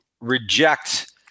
reject